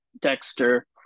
Dexter